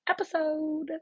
episode